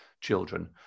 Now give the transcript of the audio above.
children